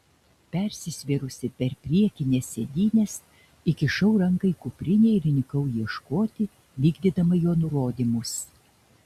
persisvėrusi per priekines sėdynes įkišau ranką į kuprinę ir įnikau ieškoti vykdydama jo nurodymus